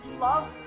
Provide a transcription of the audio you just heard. love